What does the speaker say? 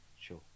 sure